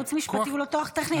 ייעוץ משפטי הוא לא כוח טכני.